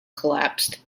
collapsed